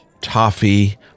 toffee